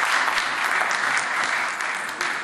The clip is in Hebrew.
(מחיאות כפיים)